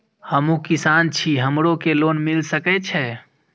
हमू किसान छी हमरो के लोन मिल सके छे?